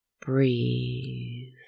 Breathe